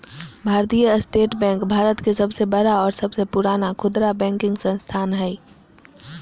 भारतीय स्टेट बैंक भारत के सबसे बड़ा और सबसे पुराना खुदरा बैंकिंग संस्थान हइ